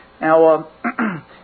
Now